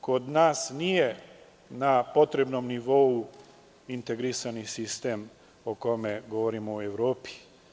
Kod nas nije na potrebnom nivou integrisani sistem o kome govorimo u Evropi.